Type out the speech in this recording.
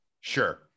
Sure